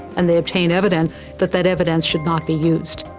and they obtain evidence that that evidence should not be used.